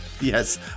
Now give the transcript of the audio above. Yes